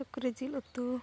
ᱥᱩᱠᱨᱤ ᱡᱤᱞ ᱩᱛᱩ